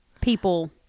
People